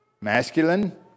masculine